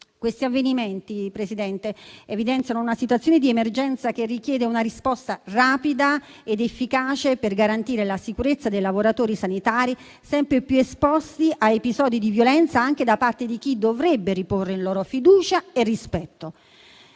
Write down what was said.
Questi avvenimenti, signora Presidente, evidenziano una situazione di emergenza che richiede una risposta rapida ed efficace per garantire la sicurezza dei lavoratori sanitari, sempre più esposti a episodi di violenza, anche da parte di chi dovrebbe riporre in loro fiducia e rispetto.